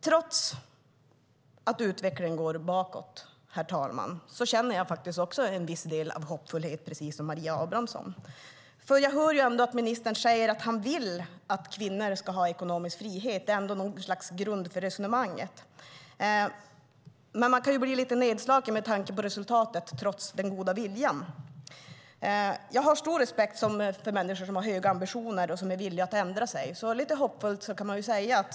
Trots att utvecklingen går bakåt känner jag faktiskt ett visst mått av hoppfullhet precis som Maria Abrahamsson, för jag hör att ministern säger att han vill att kvinnor ska ha ekonomisk frihet. Det är ändå något slags grund för resonemanget. Man kan dock bli lite nedslagen med tanke på resultatet, trots den goda viljan. Jag har stor respekt för människor som har höga ambitioner och som är villiga att ändra sig.